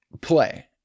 play